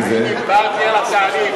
דיברתי על התהליך,